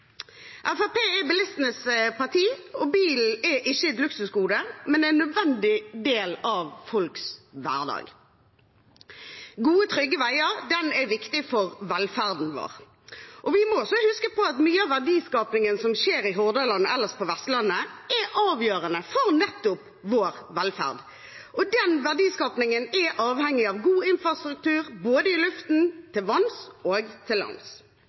er bilistenes parti, og bilen er ikke et luksusgode, men en nødvendig del av folks hverdag. Gode trygge veier er viktig for vår velferd, og vi må også huske på at mye av verdiskapingen som skjer i Hordaland og ellers på Vestlandet, er avgjørende for nettopp vår velferd. Den verdiskapingen er avhengig av god infrastruktur både i luften, til vanns og til lands.